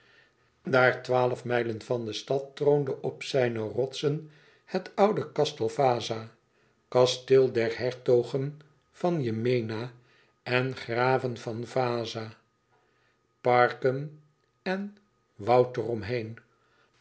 daar twaalf mijlen van de stad troonde op zijne rotsen het oude castel vaza kasteel der hertogen van yemena en graven van vaza parken en